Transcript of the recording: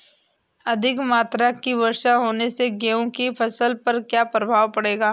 अधिक मात्रा की वर्षा होने से गेहूँ की फसल पर क्या प्रभाव पड़ेगा?